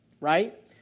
right